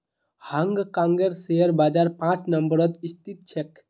हांग कांगेर शेयर बाजार पांच नम्बरत स्थित छेक